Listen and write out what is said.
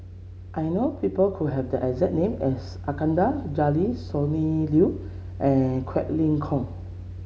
I know people who have the exact name as Iskandar Jalil Sonny Liew and Quek Ling Kiong